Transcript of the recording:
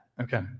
Okay